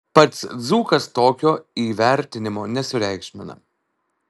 pats dzūkas tokio įvertinimo nesureikšmina